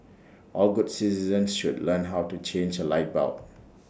all good citizens should learn how to change A light bulb